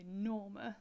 enormous